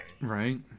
Right